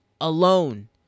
alone